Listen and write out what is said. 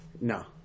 No